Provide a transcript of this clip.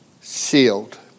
sealed